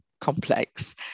complex